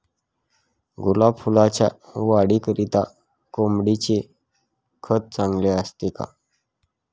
गुलाब फुलाच्या वाढीकरिता कोंबडीचे खत चांगले असते का?